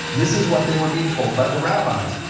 this is what they were being told by the rabbis,